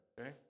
okay